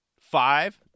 five